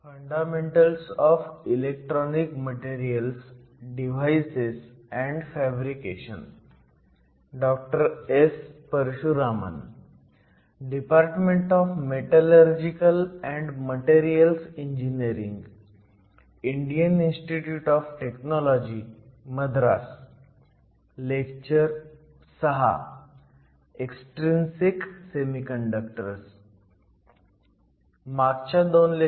मागच्या दोन लेक्चर मध्ये आपण इन्ट्रीन्सिक सेमीकंडक्टर बघितले